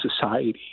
society